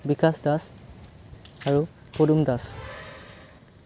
বিকাশ দাস আৰু পদুম দাস